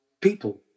people